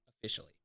officially